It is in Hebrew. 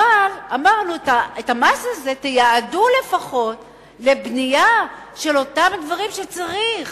אבל אמרנו שלפחות תייעדו את המס הזה לבנייה של אותם דברים שצריך,